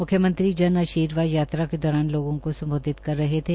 म्ख्यमंत्री जन आर्शीवाद यात्रा के दौरान लोगों को सम्बोधित कर रहे थे